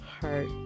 heart